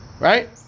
Right